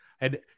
and-